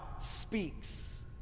speaks